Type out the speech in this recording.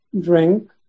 drink